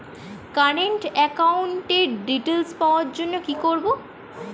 Current একাউন্টের details পাওয়ার জন্য কি করব?